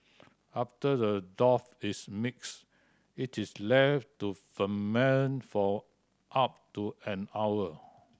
after the dough is mixed it is left to ferment for up to an hour